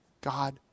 God